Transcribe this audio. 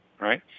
Right